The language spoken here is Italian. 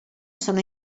sono